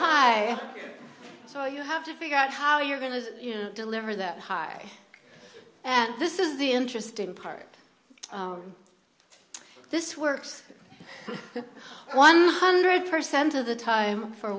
fi so you have to figure out how you're going to deliver that high and this is the interesting part this works one hundred percent of the time for